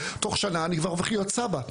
תוך שנה אני כבר הופך להיות סבא.